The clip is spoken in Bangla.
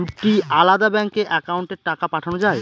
দুটি আলাদা ব্যাংকে অ্যাকাউন্টের টাকা পাঠানো য়ায়?